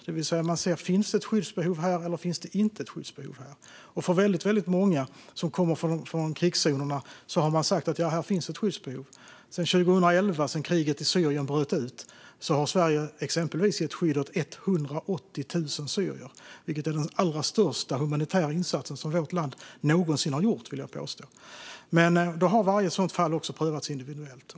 Man tittar på om det finns skyddsbehov eller om det inte finns skyddsbehov. För väldigt många som kommer från krigszonerna har man sagt att det finns ett skyddsbehov. Sedan 2011, då kriget i Syrien bröt ut, har Sverige gett skydd åt 180 000 syrier. Det är den största humanitära insats som vårt land någonsin har gjort, vill jag påstå. Varje sådant fall har också prövats individuellt.